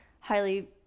highly